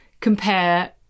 compare